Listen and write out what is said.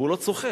והוא לא צוחק,